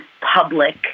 public